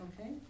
Okay